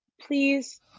please